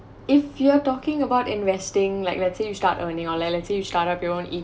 if you're talking about investing like let's say you start earning or let let's say you start up your own